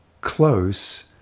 close